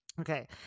Okay